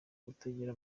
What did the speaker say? kutagira